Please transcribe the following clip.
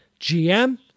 GM